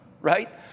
right